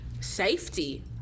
safety